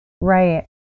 Right